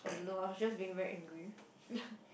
I don't know lah I was just being very angry